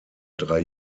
drei